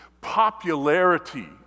popularity